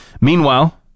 Meanwhile